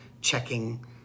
checking